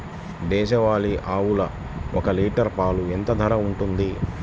దేశవాలి ఆవులు ఒక్క లీటర్ పాలు ఎంత ధర ఉంటుంది?